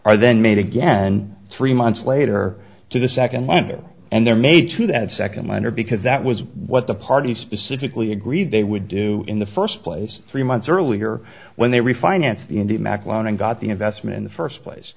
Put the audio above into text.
are then made again three months later to the second and they're made to that second lender because that was what the party specifically agreed they would do in the first place three months earlier when they refinanced the indy mac's loan and got the investment in the first place